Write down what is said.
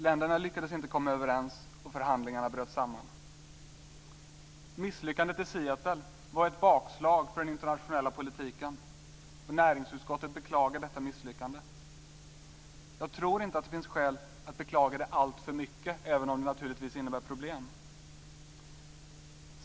Länderna lyckades inte komma överens, och förhandlingarna bröt samman. Misslyckandet i Seattle var ett bakslag för den internationella politiken, och näringsutskottet beklagar detta misslyckande. Jag tror inte att det finns skäl att beklaga det alltför mycket även om det naturligtvis innebär problem.